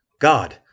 God